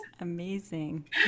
amazing